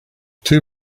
too